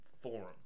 forum